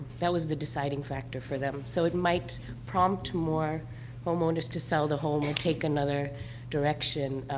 that was the deciding factor for them. so, it might prompt more homeowners to sell the home and take another direction,